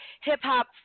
hip-hop